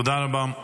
תודה רבה.